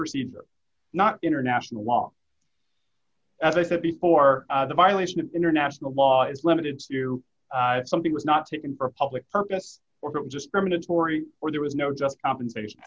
procedure not international law as i said before the violation of international law is limited to something was not taken for public purpose or just permanent story or there was no just compensation